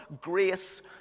grace